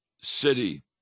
city